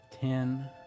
Ten